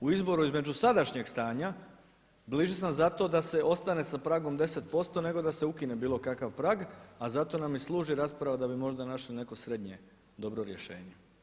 U izboru između sadašnjeg stanja bliže sam zato da se ostane sa pragom 10% nego da se ukine bilo kakav prag, a zato nam i služi rasprava da bi možda našli neko srednje dobro rješenje.